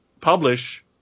publish